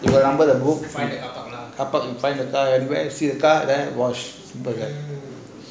you are under the group find the capark inside you find the car and then wash